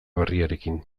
berriarekin